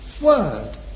word